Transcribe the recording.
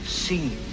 seen